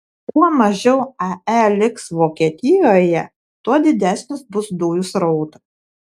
kuo mažiau ae liks vokietijoje tuo didesnis bus dujų srautas